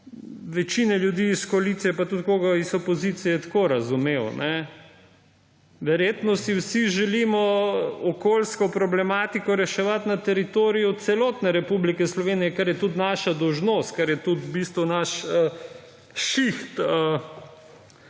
večine ljudi iz koalicije pa tudi koga iz opozicije tako razumel. Verjetno si vsi želimo okoljsko problematiko reševati na teritoriju celotne Republike Slovenije, kar je tudi naša dolžnost, kar je v bistvu tudi naš šiht,